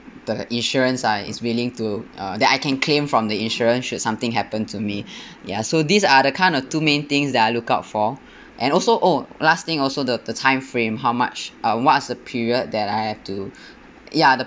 the insurance uh is willing to uh that I can claim from the insurer should something happen to me ya so these are the kind of two main things that I look out for and also oh last thing also the the time frame how much uh what's the period that I have to ya the